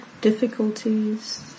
difficulties